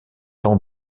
temps